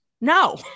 no